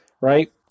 right